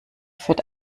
führt